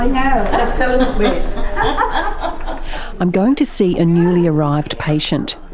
um i'm going to see a newly arrived patient.